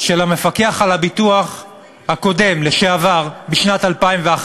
של המפקח על הביטוח הקודם, לשעבר, בשנת 2011,